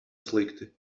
slikti